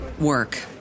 work